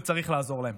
וצריך לעזור להם.